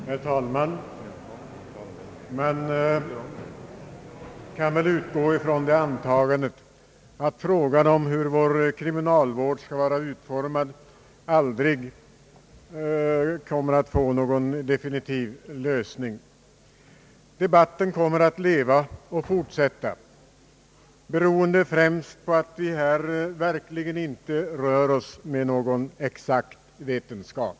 Herr talman! Man kan väl utgå från det antagandet att frågan om hur vår kriminalvård skall vara utformad aldrig kommer att få någon definitiv lösning. Debatten kommer att leva och fortsätta, beroende främst på att vi här verkligen inte rör oss med någon exakt vetenskap.